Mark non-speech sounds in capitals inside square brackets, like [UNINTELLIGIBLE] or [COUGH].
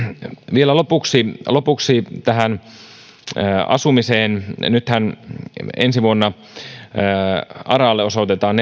vielä lopuksi lopuksi tähän asumiseen nythän ensi vuonna aralle osoitetaan [UNINTELLIGIBLE]